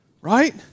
right